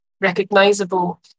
recognizable